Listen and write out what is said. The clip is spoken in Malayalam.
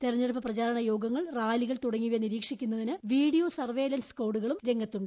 തിരഞ്ഞെടുപ്പ് പ്രചാരണ യോഗങ്ങൾ റാലികൾ തുടങ്ങിയവ നിരീക്ഷിക്കുന്നതിന് വീഡിയോ സർവയലൻസ് സ്കാഡുകളും രംഗത്തുണ്ട്